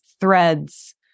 threads